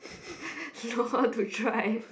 know how to drive